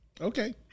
okay